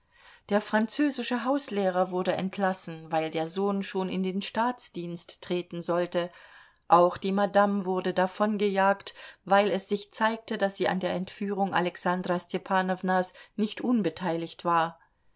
der französische hauslehrer wurde entlassen weil der sohn schon in den staatsdienst treten sollte auch die madame wurde davongejagt weil es sich zeigte daß sie an der entführung alexandra stepanownas nicht unbeteiligt war